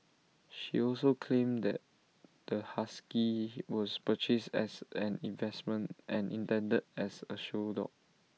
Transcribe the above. she also claimed that the husky he was purchased as an investment and intended as A show dog